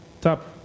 top